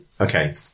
Okay